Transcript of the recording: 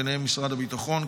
ובהם משרד הביטחון.